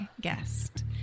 guest